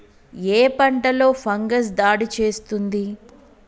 ఏ పంటలో ఫంగస్ దాడి చేస్తుంది?